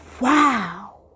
wow